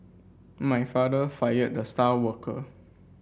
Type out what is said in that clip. my father fired the star worker